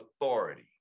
authority